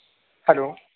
hello